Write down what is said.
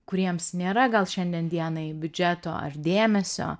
kuriems nėra gal šiandien dienai biudžeto ar dėmesio